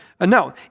No